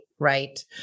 right